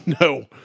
No